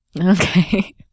Okay